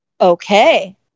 Okay